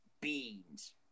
Beans